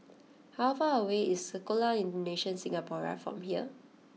how far away is Sekolah Indonesia Singapura from here